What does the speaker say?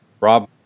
Rob